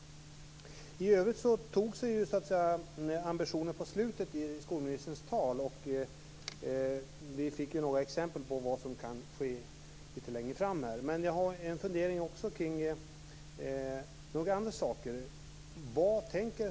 I övrigt tog sig ambitionen på slutet i skolministerns tal. Vi fick då exempel på vad som kan ske lite längre fram. Jag har dock funderingar kring några andra saker.